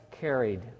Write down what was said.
carried